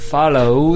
follow